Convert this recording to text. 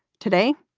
today,